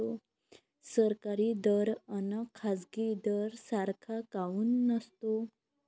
सरकारी दर अन खाजगी दर सारखा काऊन नसतो?